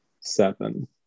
Seven